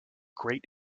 great